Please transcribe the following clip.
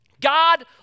God